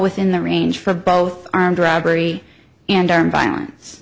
within the range for both armed robbery and armed violence